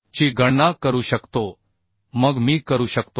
ची गणना करू शकतो मग मी करू शकतो